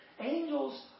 Angels